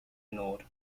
ignored